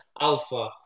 alpha